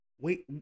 Wait